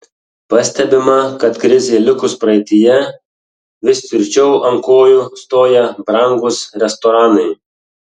pastebima kad krizei likus praeityje vis tvirčiau ant kojų stoja brangūs restoranai